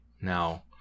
Now